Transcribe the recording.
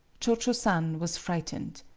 cho-cho-san was frightened.